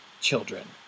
children